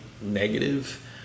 negative